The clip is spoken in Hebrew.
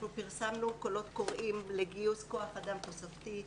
אנחנו פרסמנו קולות קוראים לגיוס כוח אדם תוספתי,